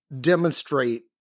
demonstrate